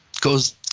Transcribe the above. goes